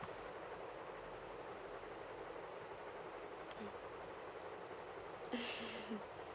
mm